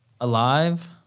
alive